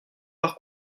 par